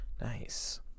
Nice